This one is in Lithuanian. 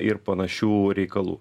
ir panašių reikalų